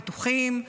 מתוחים,